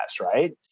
Right